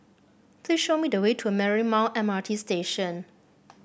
please show me the way to Marymount M R T Station